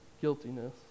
guiltiness